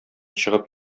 чыгып